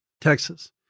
Texas